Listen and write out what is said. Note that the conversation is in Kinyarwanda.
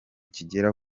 kigera